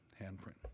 handprint